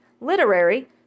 Literary